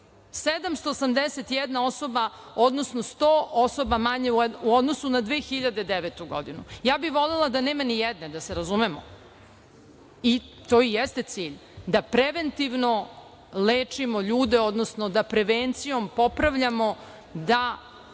781 osoba, odnosno 100 osoba manje u odnosu na 2009. godinu. Ja bih volela da nema ni jedne, da se razumemo, i to i jeste cilj, da preventivno lečimo ljude, odnosno da prevencijom popravljamo,